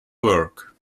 work